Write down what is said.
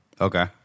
Okay